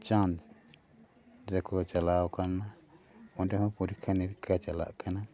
ᱪᱟᱸᱫᱽ ᱨᱮᱠᱚ ᱪᱟᱞᱟᱣ ᱟᱠᱟᱱᱟ ᱚᱸᱰᱮ ᱦᱚᱸ ᱯᱚᱨᱤᱠᱷᱟ ᱱᱤᱨᱤᱠᱷᱟ ᱪᱟᱞᱟᱜ ᱠᱟᱱᱟ